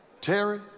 Terry